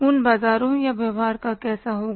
उन बाजारों का व्यवहार कैसा होगा